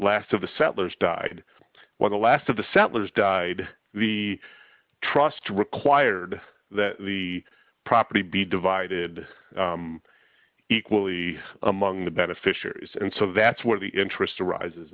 last of the settlers died when the last of the settlers died the trust required that the property be divided equally among the beneficiaries and so that's where the interest to arise